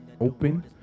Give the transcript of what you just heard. open